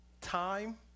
Time